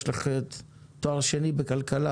יש לך תואר שני בכלכלה.